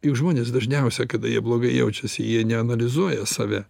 juk žmonės dažniausiai kada jie blogai jaučiasi jie neanalizuoja save